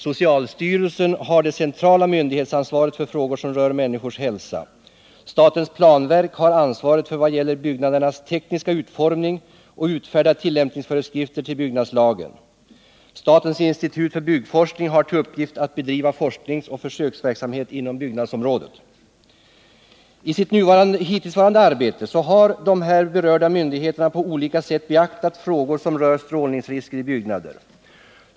Socialstyrelsen har det centrala myndighetsansvaret för frågor som rör människors hälsa. Statens planverk har ansvaret vad gäller byggnadernas tekniska utformning och utfärdar tillämpningsföreskrifter till byggnadslagen. Statens institut för byggforskning har till uppgift att bedriva forskningsoch försöksverksamhet inom byggnadsområdet. I sitt hittillsvarande arbete har de här berörda myndigheterna på olika sätt beaktat frågor som rör strålningsrisker i byggnader.